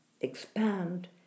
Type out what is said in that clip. expand